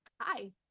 Hi